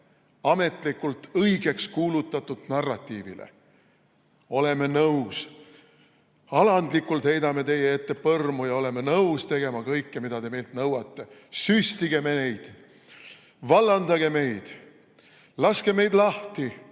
ametlikult õigeks kuulutatud narratiivile. Oleme nõus. Alandlikult heidame teie ette põrmu ja oleme nõus tegema kõike, mida te meilt nõuate. Süstige meid, vallandage meid, laske meid lahti,